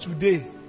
today